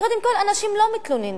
קודם כול, אנשים לא מתלוננים.